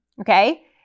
okay